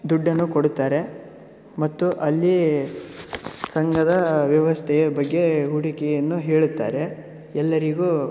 ದುಡ್ಡನ್ನು ಕೊಡುತ್ತಾರೆ ಮತ್ತು ಅಲ್ಲಿ ಸಂಘದ ವ್ಯವಸ್ಥೆಯ ಬಗ್ಗೆ ಹೂಡಿಕೆಯನ್ನು ಹೇಳುತ್ತಾರೆ ಎಲ್ಲರಿಗೂ